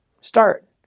start